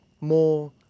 More